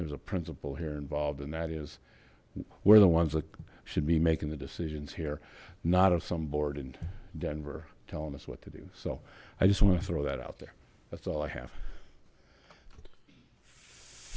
there's a principle here involved and that is we're the ones that should be making the decisions here not of some board and denver telling us what to do so i just want to throw that out there that's all i have f